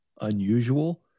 unusual